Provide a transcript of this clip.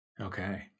Okay